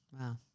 Wow